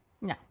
No